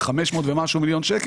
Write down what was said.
המשמעות של הוועדות היא שכל מה שעושה